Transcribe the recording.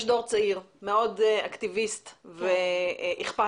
יש דור צעיר מאוד אקטיביסט ואכפתי,